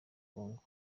congo